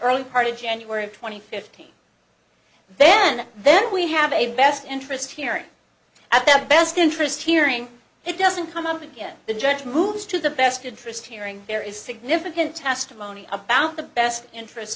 early part of january twenty fifth then then we have a best interest hearing at the best interest hearing it doesn't come up again the judge moves to the best interest hearing there is significant testimony about the best interests